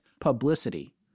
publicity